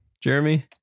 Jeremy